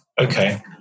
Okay